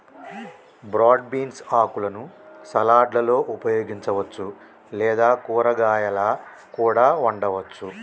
broad beans ఆకులను సలాడ్లలో ఉపయోగించవచ్చు లేదా కూరగాయాలా కూడా వండవచ్చు